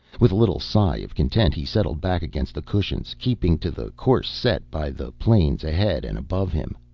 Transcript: with a little sigh of content he settled back against the cushions, keeping to the course set by the planes ahead and above him.